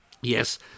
yes